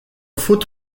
foot